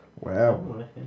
Wow